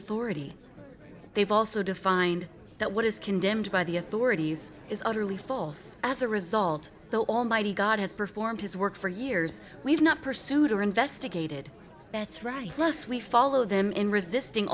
authority they've also defined that what is condemned by the authorities is utterly false as a result the almighty god has performed his work for years we have not pursued or investigated that's right plus we follow them in resisting